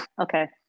Okay